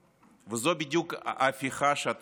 וזו בדיוק ההפיכה שאתם מובילים,